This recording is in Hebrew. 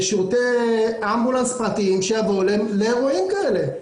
שירותי אמבולנס פרטיים שיבואו לאירועים כאלה.